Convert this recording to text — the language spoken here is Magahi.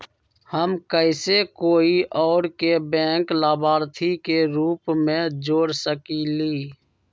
हम कैसे कोई और के बैंक लाभार्थी के रूप में जोर सकली ह?